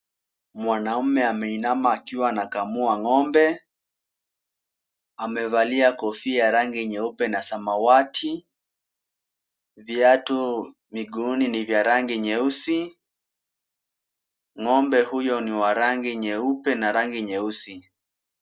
Mwanaume ameinama akiwa anakamua ng'ombe. Amevalia kofia ya rangi nyeupe na samawati. Viatu miguuni ni vya rangi nyeusi. Ng'ombe huyo ni wa rangi nyeupe na rangi nyeusi.